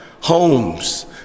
homes